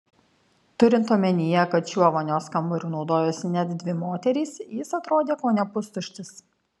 turint omenyje kad šiuo vonios kambariu naudojosi net dvi moterys jis atrodė kone pustuštis